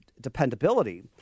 dependability